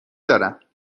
دارم